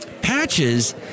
Patches